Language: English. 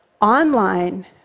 online